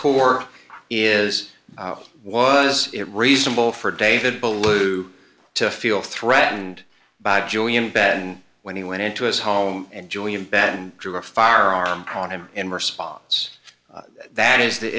core is was it reasonable for david balut to feel threatened by julian bed and when he went into his home and julie in bed and drew a firearm on him in response that is the